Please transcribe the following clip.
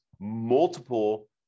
multiple